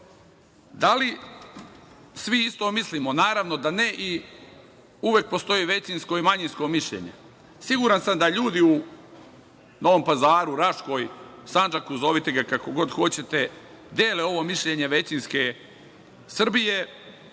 li svi isto mislimo? Naravno, da ne, i uvek postoji većinsko i manjinsko mišljenje. Siguran sam da ljudi u Novom Pazaru, u Raškoj, Sandžaku, zovite ga kako god hoćete, dele ovo mišljenje većinske Srbije,